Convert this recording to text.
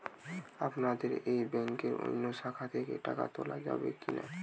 আপনাদের এই ব্যাংকের অন্য শাখা থেকে টাকা তোলা যাবে কি না?